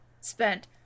spent